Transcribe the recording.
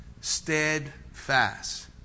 steadfast